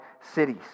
cities